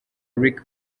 rick